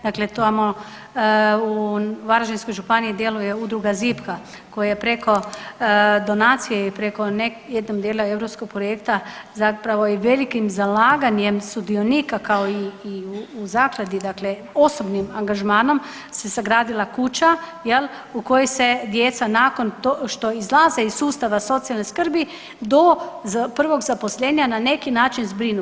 Dakle, tu imamo u Varaždinskoj županiji djeluje Udruga Zipka koja je preko donacije i preko jednog dijela europskog projekta zapravo i velikim zalaganjem sudionika kao i u zakladi dakle osobnim angažmanom se sagradila kuća jel u kojoj se djeca nakon što izlaze iz sustava socijalne skrbi do prvog zaposlenja na neki način zbrinu.